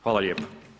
Hvala lijepo.